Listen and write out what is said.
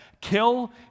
Kill